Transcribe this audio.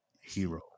hero